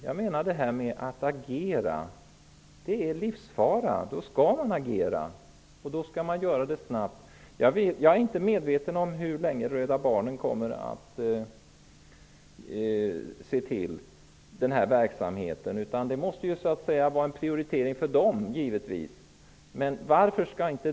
Jag menar att när det råder livsfara skall man agera snabbt. Jag vet inte hur länge Rädda barnen kommer att se över denna verksamhet. Det måste givetvis vara en prioritering för dem.